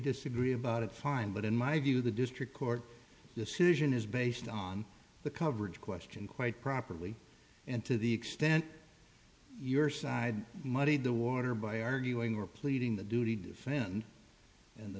disagree about it fine but in my view the district court decision is based on the coverage question quite properly and to the extent your side muddied the water by arguing or pleading the duty